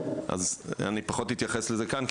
אני פחות אתייחס לזה כאן,